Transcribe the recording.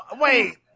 wait